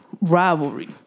Rivalry